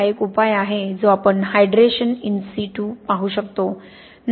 हा एक उपाय आहे जो आपण हायड्रेशन इन सीटू पाहू शकतो"